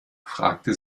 fragte